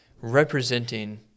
representing